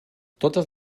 totes